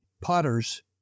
potters